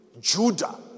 Judah